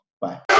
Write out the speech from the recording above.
Bye